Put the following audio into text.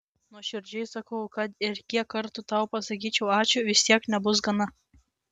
nuoširdžiai sakau kad ir kiek kartų tau pasakyčiau ačiū vis tiek nebus gana